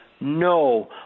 no